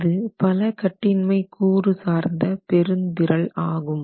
இது பல கட்டின்மை கூறு சார்ந்த பெருந்திரள் ஆகும்